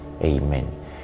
amen